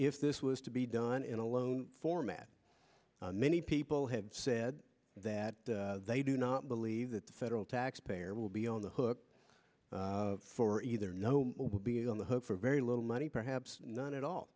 if this was to be done in a loan format many people have said that they do not believe that the federal taxpayer will be on the hook for either no being on the hook for very little money perhaps none at all